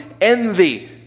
envy